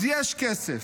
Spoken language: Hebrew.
אז יש כסף,